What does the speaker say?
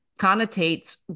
connotates